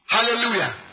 Hallelujah